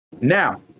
Now